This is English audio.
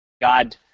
God